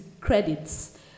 credits